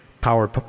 power